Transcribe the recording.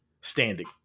standing